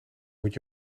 moet